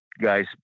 guys